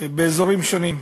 באזורים שונים,